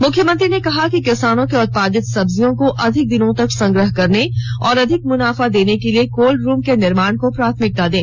मुख्यमंत्री ने कहा कि किसानों के उत्पादित सब्जियों को अधिक दिनों तक संग्रह करने एवं अधिक मुनाफा देने के लिए कोल्ड रूम के निर्माण को प्राथमिकता दें